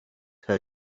her